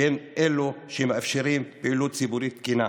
שהן אלה שמאפשרות פעילות ציבורית תקינה.